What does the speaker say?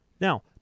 Now